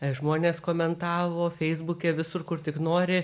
žmonės komentavo feisbuke visur kur tik nori